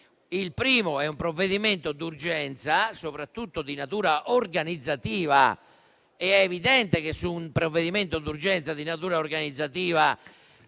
Il primo è un provvedimento d'urgenza, soprattutto di natura organizzativa, ed è evidente che su un provvedimento del genere non si